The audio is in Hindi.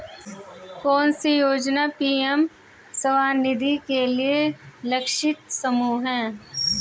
कौन सी योजना पी.एम स्वानिधि के लिए लक्षित समूह है?